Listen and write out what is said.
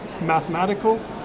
mathematical